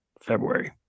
February